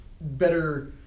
better